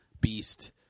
Beast